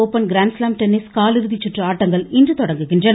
open grand slam tennis காலிறுதி குற்று ஆட்டங்கள் இன்று தொடங்குகின்றன